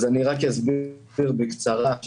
אסביר בקצרה.